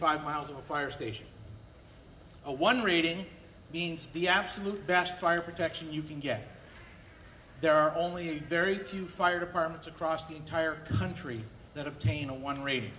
five miles of a fire station a one reading means the absolute best fire protection you can get there are only very few fire departments across the entire country that obtain a one ra